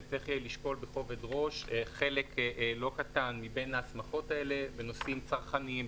שצריך לשקול בכובד ראש חלק לא קטן מבין ההסמכות האלה בנושאים צרכניים,